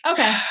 Okay